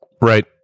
Right